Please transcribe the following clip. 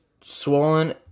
swollen